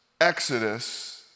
Exodus